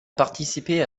participé